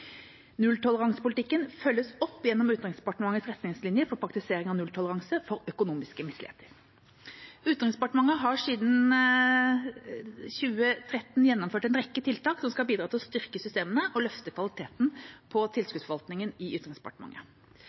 Nulltoleransepolitikken følges opp gjennom Utenriksdepartementets retningslinjer for praktisering av nulltoleranse for økonomiske misligheter. Utenriksdepartementet har siden 2013 gjennomførte en rekke tiltak som skal bidra til å styrke systemene og løfte kvaliteten på tilskuddsforvaltningen i Utenriksdepartementet.